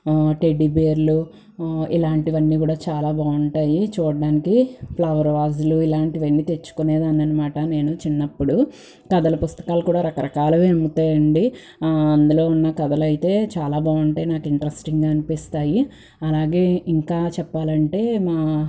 టెడ్డిబేర్లు ఇలాంటివన్నీ కూడా చాలా బాగుంటాయి చూడ్డానికి ఫ్లవర్ వాస్లు ఇలాంటివన్నీ తెచ్చుకొనేదాన్ననమాట నేను చిన్నప్పుడు కథల పుస్తకాలు కూడా రాకరకాలవే అమ్ముతాయండి అందులో ఉన్న కథలైతే చాలా బాగుంటాయి నాకు ఇంట్రెస్టింగ్గా అనిపిస్తాయి అలాగే ఇంకా చెప్పాలంటే మా